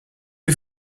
who